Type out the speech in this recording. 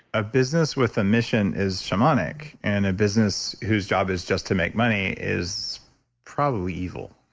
a business with a mission is shamonic and a business whose job is just to make money is probably evil